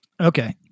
Okay